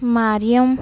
Mariam